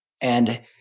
And-